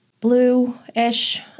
blue-ish